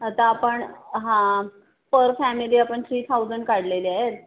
आता आपण हां पर फॅमिली आपण थ्री थाऊजंड काढलेले आहेत